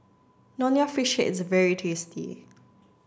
Nonya fish head is very tasty